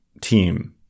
team